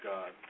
God